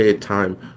time